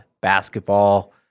basketball